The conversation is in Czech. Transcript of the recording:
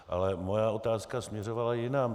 Ale moje otázka směřovala jinam.